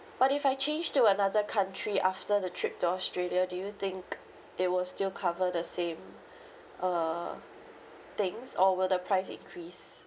but if I change to another country after the trip to australia do you think it will still cover the same uh things or will the price increase